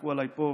ויצעקו עליי פה,